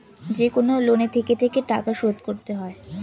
যেকনো লোনে থেকে থেকে টাকা শোধ করতে হয়